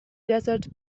desert